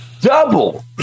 double